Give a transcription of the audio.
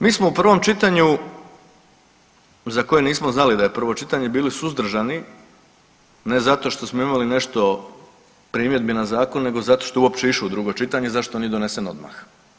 Mi smo u prvom čitanju za koje nismo znali da je prvo čitanje bili suzdržani, ne zato što smo imali nešto primjedbi na zakon nego zato što uopće išao u drugo čitanje, zašto nije donesen odmah.